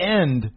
end